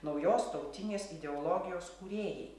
naujos tautinės ideologijos kūrėjai